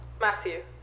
Matthew